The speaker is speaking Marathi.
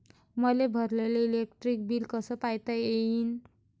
मले भरलेल इलेक्ट्रिक बिल कस पायता येईन?